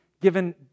given